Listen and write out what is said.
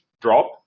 drop